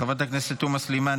חברת הכנסת תומא סלימאן,